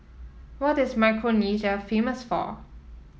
what is Micronesia famous for